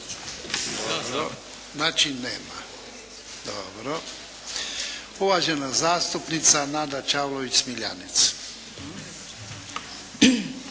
raspravom. Uvažena zastupnica Nada Čavlović Smiljanec.